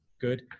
Good